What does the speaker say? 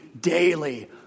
daily